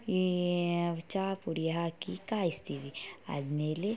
ಈ ಚಹ ಪುಡಿ ಹಾಕಿ ಕಾಯಿಸ್ತೀವಿ ಆದಮೇಲೆ